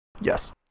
Yes